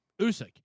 Usyk